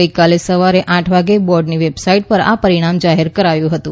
ગઇકાલે સવારે આઠ વાગે બોર્ડની વેબસાઇટ પર આ પરિણામ જાહેર કરાયું હતુ